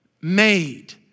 made